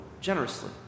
generously